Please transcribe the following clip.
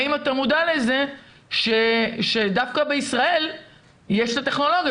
האם אתה מודע לזה שדווקא בישראל יש את הטכנולוגיה.